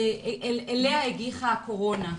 אליה הגיחה הקורונה.